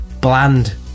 bland-